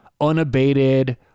Unabated